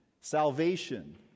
salvation